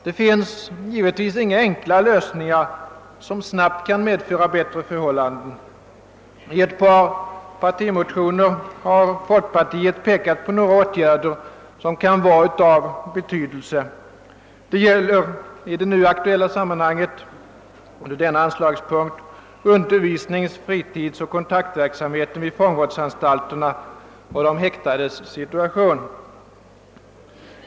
Det finns givetvis inga enkla lösningar som snabbt kan medföra bättre förhållanden. I ett par partimotioner har folkpartiet pekat på några åtgärder som kan vara av betydelse. I det nu aktuella sammanhanget gäller det undervisnings-, fritidsoch kontaktverksamheten vid fångvårdsanstalterna och de häktades situation.